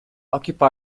occupy